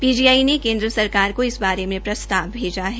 PGI ने केन्द्र सरकार को इस बारे में प्रस्ताव भेजा है